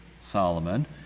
Solomon